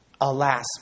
Alas